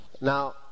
Now